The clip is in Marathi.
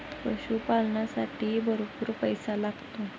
पशुपालनालासाठीही भरपूर पैसा लागतो